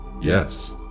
Yes